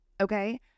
Okay